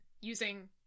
using